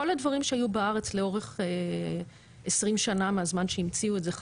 כל הדברים שהיו בארץ לאורך 20 שנים מהזמן שהמציאו את זה,